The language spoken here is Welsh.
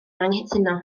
anghytuno